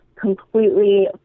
completely